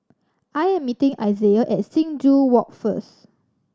I am meeting Izaiah at Sing Joo Walk first